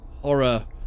horror